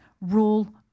rule